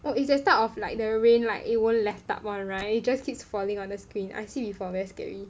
oh is the start of the like the rain like it won't let up [one] right it just keeps falling on the screen I see before very scary